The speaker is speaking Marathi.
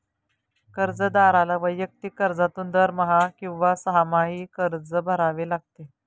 कर्जदाराला वैयक्तिक कर्जातून दरमहा किंवा सहामाही कर्ज भरावे लागते